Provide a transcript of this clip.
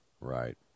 Right